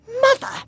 Mother